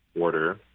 order